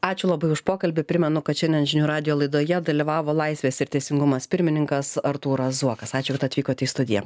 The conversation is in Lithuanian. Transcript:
ačiū labai už pokalbį primenu kad šiandien žinių radijo laidoje dalyvavo laisvės ir teisingumas pirmininkas artūras zuokas ačiū kad atvykote į studiją